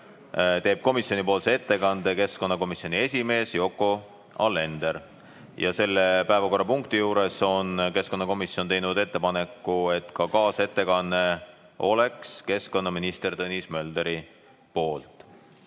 teeb komisjoni ettekande keskkonnakomisjoni esimees Yoko Alender ja selle päevakorrapunkti juures on keskkonnakomisjon teinud ettepaneku, et kaasettekanne oleks keskkonnaminister Tõnis Möldrilt.